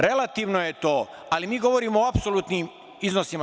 Relativno je to, ali mi govorimo o apsolutnim iznosima.